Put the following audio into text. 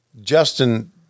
Justin